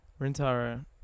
Rintaro